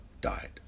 died